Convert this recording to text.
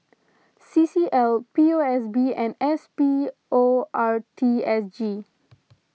C C L P O S B and S P O R T S G